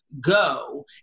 Go